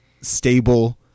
stable